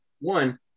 One